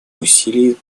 усилий